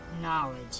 knowledge